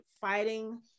fighting